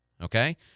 okay